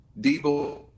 Debo